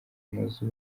amazu